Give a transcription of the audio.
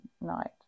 night